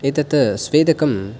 एतत् स्वेदकं